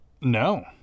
No